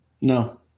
No